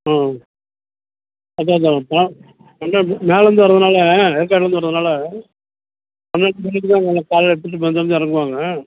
ஆ அதுதான் அதுதான் மேலேருந்து வர்றதுனாலெ ஏற்காடுலேருந்து வர்றதுனால கொஞ்சம் நேரத்துக்கு முன்னாடிதான் காலைல எடுத்துகிட்டு இறங்குவாங்க